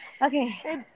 Okay